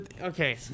okay